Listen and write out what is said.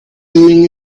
doing